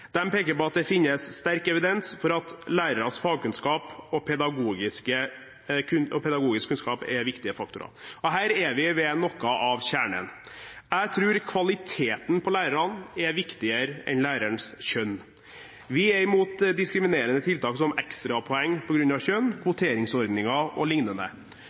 peker på at det finnes sterk evidens for at læreres fagkunnskap og pedagogiske kunnskap er viktige faktorer. Her er vi ved noe av kjernen. Jeg tror kvaliteten på lærerne er viktigere enn lærerens kjønn. Vi er imot diskriminerende tiltak som ekstrapoeng på grunn av kjønn, kvoteringsordninger